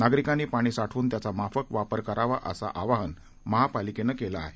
नागरिकांनी पाणी साठवून त्याचा माफक वापर करावा असं आवाहन महापालिकेनं केलं आहे